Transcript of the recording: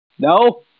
No